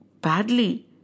badly